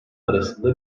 arasında